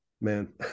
man